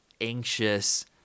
anxious